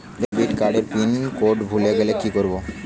Debit card এর pin code ভুলে গেলে কি করব?